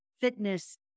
fitness